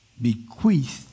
bequeathed